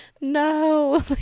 no